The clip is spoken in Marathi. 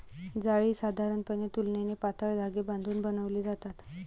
जाळी साधारणपणे तुलनेने पातळ धागे बांधून बनवली जातात